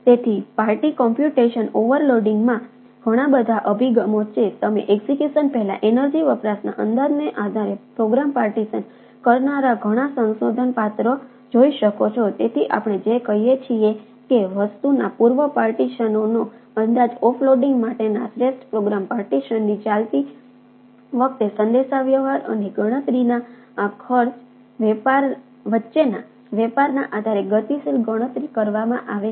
તેથી party computation ઓવરલોડિંગમાં અંદાજ ઓફલોડિંગ માટેના શ્રેષ્ઠ પ્રોગ્રામ પાર્ટીશનની ચાલતી વખતે સંદેશાવ્યવહાર અને ગણતરીના ખર્ચ વચ્ચેના વેપારના આધારે ગતિશીલ ગણતરી કરવામાં આવે છે